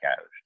out